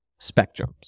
spectrums